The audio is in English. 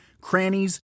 crannies